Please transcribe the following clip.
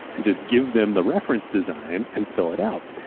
and just give them the reference design, and fill it out.